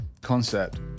concept